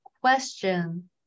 question